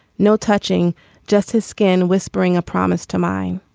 no touching just his skin whispering a promise to mine